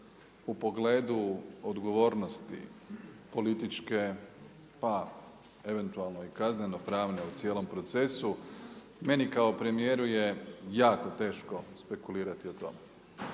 u pogledu odgovornosti političke, pa eventualno i kazneno pravne u cijelom procesu, meni kao premijeru je jako teško spekulirati o tome.